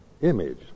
image